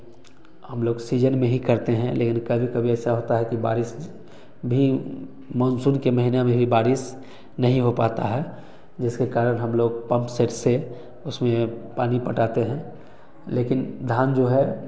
हम लोग सीजन में ही करते हैं लेकिन कभी कभी ऐसा होता है कि बारिश भी मानसून के महीना में भी बारिश नहीं हो पाता है जिसके कारण हम लोग पंपसेट से उसमें पानी पटाते हैं लेकिन धान जो है